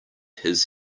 his